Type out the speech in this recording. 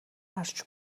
харж